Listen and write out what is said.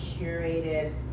curated